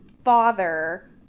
father